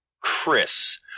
Chris